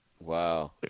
Wow